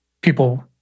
people